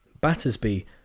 Battersby